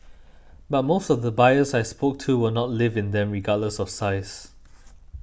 but most of the buyers I spoke to will not live in them regardless of size